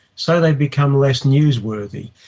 so they've become less newsworthy.